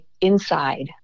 inside